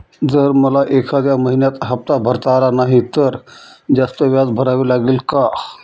जर मला एखाद्या महिन्यात हफ्ता भरता आला नाही तर जास्त व्याज भरावे लागेल का?